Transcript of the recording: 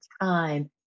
time